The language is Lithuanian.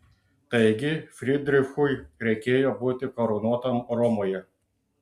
taigi frydrichui reikėjo būti karūnuotam romoje